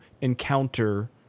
encounter